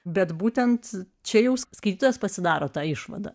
bet būtent čia jau skaitytojas pasidaro tą išvadą